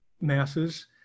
masses